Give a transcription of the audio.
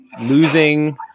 Losing